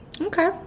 Okay